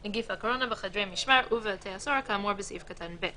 לתתה בדן יחיד כאמור בסעיף קטן (א),